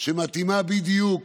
שמתאימה בדיוק